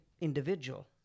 individual